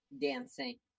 dancing